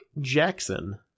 Jackson